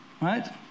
Right